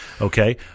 Okay